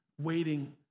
waiting